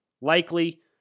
Likely